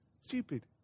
stupid